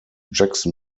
jackson